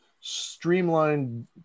streamlined